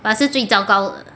but 是最糟糕的